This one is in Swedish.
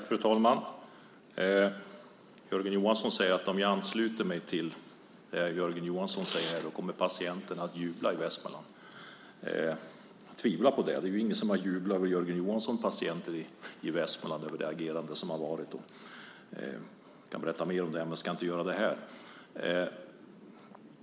Fru talman! Jörgen Johansson säger att om jag ansluter mig till det som Jörgen Johansson säger här kommer patienter att jubla i Västmanland. Jag tvivlar på det. Det är ju inga patienter i Västmanland som har jublat över Jörgen Johansson och det agerande som har varit. Jag kan berätta mer om det, men jag ska inte göra det här.